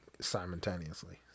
simultaneously